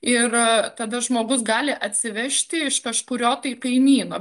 ir tada žmogus gali atsivežti iš kažkurio tai kaimyno